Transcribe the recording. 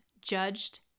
judged